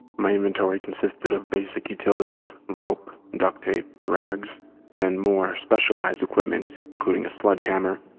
my inventory consisted of basic utilities rope, duct tape, rags, and then more specialized equipment including a sledgehammer,